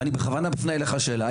ואני בכוונה מפנה אלייך שאלה,